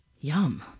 yum